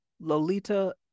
Lolita